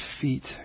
feet